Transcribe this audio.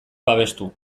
babestu